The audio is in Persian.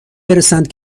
برسند